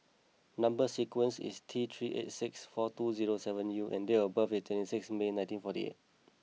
number sequence is T three eight six four two zero seven U and date of birth is twenty six May nineteen forty eight